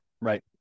right